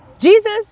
Jesus